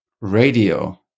radio